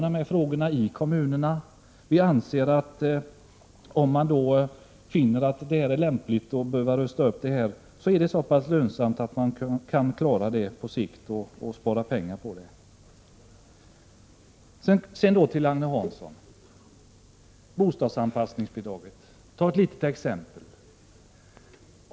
Om man i kommunerna finner att det är lämpligt att rusta upp VA-näten, anser vi att det är så pass lönsamt att kommunerna kan klara upprustningen och på sikt spara pengar på detta. Sedan några ord till Agne Hansson om bostadsanpassningsbidragen. Jag skall ta ett litet exempel.